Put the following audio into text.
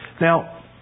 Now